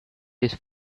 this